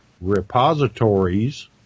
repositories